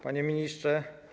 Panie Ministrze!